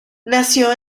nació